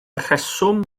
rheswm